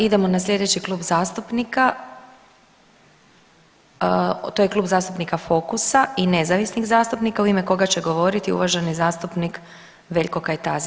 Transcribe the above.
Idemo na sljedeći klub zastupnika, to je Klub zastupnika Fokusa i nezavisnih zastupnika u ime koga će govoriti uvaženi zastupnik Veljko Kajtazi.